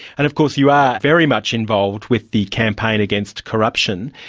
and of course you are very much involved with the campaign against corruption.